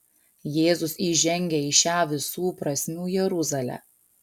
jėzus įžengia į šią visų prasmių jeruzalę